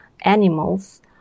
animals